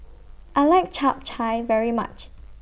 I like Chap Chai very much